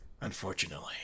Unfortunately